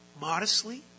modestly